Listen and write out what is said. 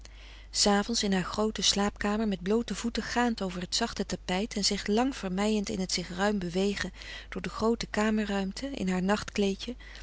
s avonds in haar groote slaapkamer met bloote voeten gaand over het zachte tapijt en zich lang vermeiend in het zich ruim bewegen door de groote kamerruimte in haar nachtkleedje